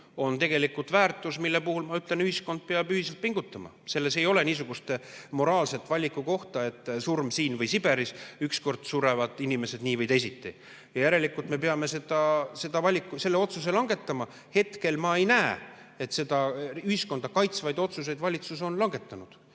tegelikult väärtus, mille puhul ma ütlen, et ühiskond peab ühiselt pingutama. Ei ole niisugust moraalse valiku kohta, et surm siin või Siberis, ükskord surevad inimesed nii või teisiti. Järelikult me peame selle otsuse langetama. Hetkel ma ei näe, et valitsus ühiskonda kaitsvaid otsuseid oleks langetanud,